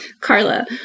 Carla